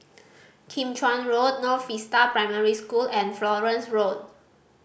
Kim Chuan Road North Vista Primary School and Florence Road